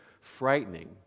frightening